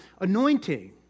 anointing